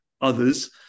others